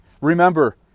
Remember